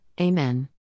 Amen